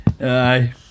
Aye